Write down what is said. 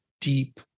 deep